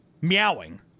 meowing